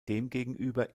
demgegenüber